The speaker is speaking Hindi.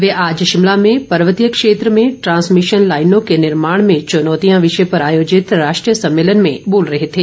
वे आज शिमला में पर्वतीय क्षेत्र में ट्रांसमिशन लाईनों के निर्माण में चुनौतियां विषय पर आयोजित राष्ट्रीय सम्मेलन में बोल रहे थे